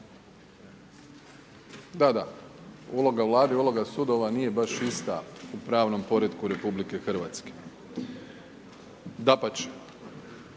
Da, da, uloga Vlade i uloga sudova nije baš ista u pravnom poretku RH. Dapače,